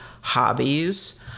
hobbies